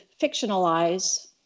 fictionalize